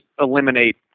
eliminate